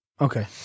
Okay